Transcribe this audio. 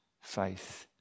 faith